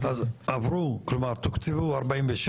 עברו כלומר תוקצבו 46,